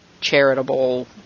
charitable